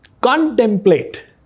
contemplate